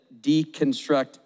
deconstruct